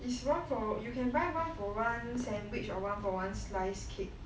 it's one for one you can buy one for one sandwich or one for one slice cake